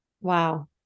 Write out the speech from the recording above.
Wow